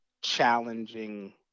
challenging